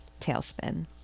tailspin